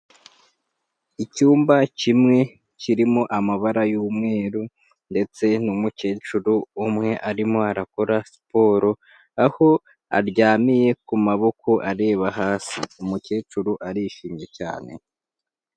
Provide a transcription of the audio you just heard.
Icyumba kimwe kirimo amabara y'umweru ndetse n'umukecuru umwe arimo arakora siporo aho aryamiye ku maboko areba hasi, umukecuru arishimye cyane.